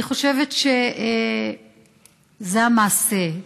אני חושבת שזה המעשה,